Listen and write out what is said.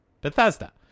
Bethesda